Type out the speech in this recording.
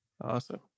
Awesome